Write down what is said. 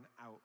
out